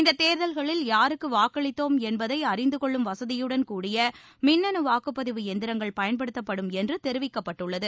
இந்ததேர்தல்களில் யாருக்குவாக்களித்தோம் என்பதைஅறிந்துகொள்ளும் வசதியுடன் கூடிய மின்னணுவாக்குப்பதிவு இயந்திரங்கள் பயன்படுத்தப்படும் என்றுதெரிவிக்கப்பட்டுள்ளது